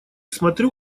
смотрю